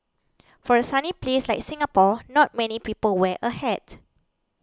for a sunny place like Singapore not many people wear a hat